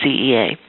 CEA